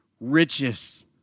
riches